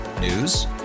News